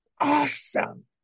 awesome